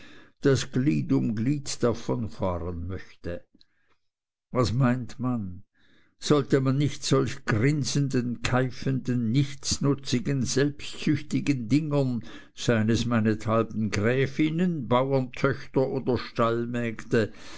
daß glied um glied davonfahren möchten was meint man sollte man nicht solch grinsenden keifenden nichtsnutzigen selbstsüchtigen dingern seien es meinethalb gräfinnen bauerntöchter oder stallmägde